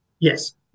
Yes